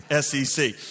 SEC